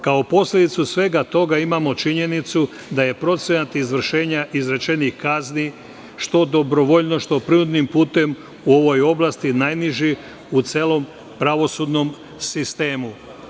Kao posledicu svega toga imamo činjenicu da je procenat izvršenja izrečenih kazni što dobrovoljno, što prinudnim putem u ovoj oblasti najniži u celom pravosudnom sistemu.